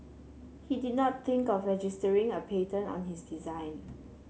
he did not think of registering a patent on his design